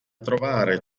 trovare